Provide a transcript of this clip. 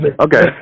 okay